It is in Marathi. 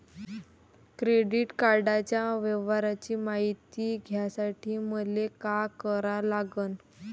क्रेडिट कार्डाच्या व्यवहाराची मायती घ्यासाठी मले का करा लागन?